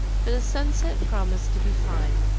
for the sunset promised to be fine,